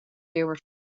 deelwoord